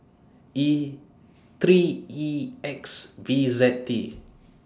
E three E X V Z T